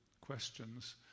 questions